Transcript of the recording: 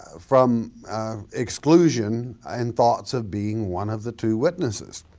ah from exclusion and thoughts of being one of the two witnesses.